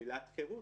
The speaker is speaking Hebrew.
שלילת חירות,